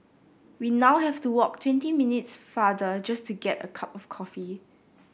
we now have to walk twenty minutes farther just to get a cup of coffee